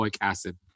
acid